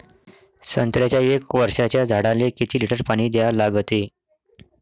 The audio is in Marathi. संत्र्याच्या एक वर्षाच्या झाडाले किती लिटर पाणी द्या लागते?